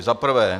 Za prvé.